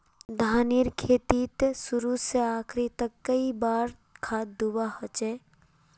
धानेर खेतीत शुरू से आखरी तक कई बार खाद दुबा होचए?